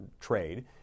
trade